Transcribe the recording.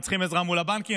הם צריכים עזרה מול הבנקים,